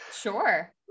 Sure